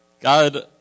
God